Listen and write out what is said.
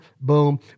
boom